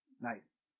Nice